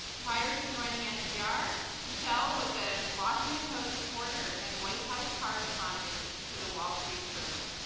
prior to joining npr, michel was a washington post reporter and white house correspondent for the wall street journal.